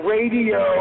Radio